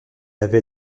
avait